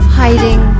hiding